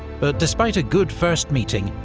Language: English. but despite a good first meeting,